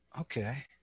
Okay